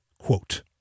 quote